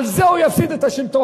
על זה הוא יפסיד את השלטון.